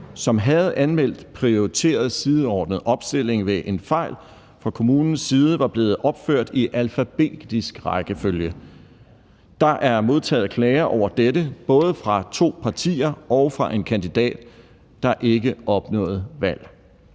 som havde anmeldt prioriteret sideordnet opstilling, ved en fejl fra kommunens side var blevet opført i alfabetisk rækkefølge. Der er modtaget klager over dette, både fra to partier og fra en kandidat, der ikke opnåede valg.